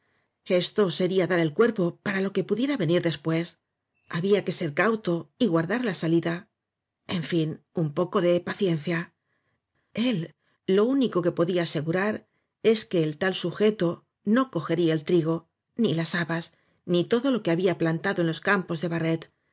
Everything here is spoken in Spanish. esto sería dar el cuerpo para lo que pudiera venir después había que ser cauto y guardar la salida en fin un poco de paciencia el lo único que podía asegurar es que el tal sujeto no cogería el trigo ni las habas ni todo lo que había plantado en los campos de barret